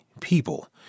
people